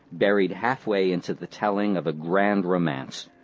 buried halfway into the telling of a grand romance.